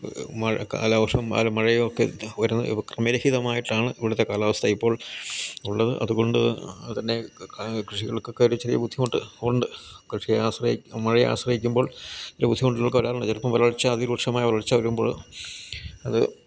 മഴ കാലവർഷം മാറി മഴയൊക്കെ വരുന്ന ക്രമരഹിതമായിട്ടാണ് ഇവിടുത്തെ കാലാവസ്ഥ ഇപ്പോൾ ഉള്ളത് അതുകൊണ്ടുതന്നെ കൃഷികൾക്കൊക്കെ ഒരു ചെറിയ ബുദ്ധിമുട്ട് ഉണ്ട് കൃഷിയെ ആശ്രയിച്ച് മഴയെ ആശ്രയിക്കുമ്പോൾ ചില ബുദ്ധിമുട്ടുകളൊക്കെ വരാറുണ്ട് ചിലപ്പം വരൾച്ച അതിരൂക്ഷമായ വരൾച്ച വരുമ്പോൾ അത്